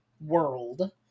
world